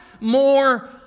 more